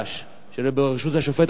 של ועדה בראשות השופט אדמונד לוי.